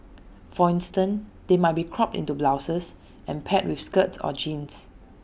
for instance they might be cropped into blouses and paired with skirts or jeans